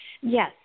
Yes